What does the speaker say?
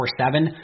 24-7